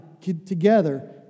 together